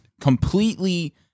completely